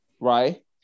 right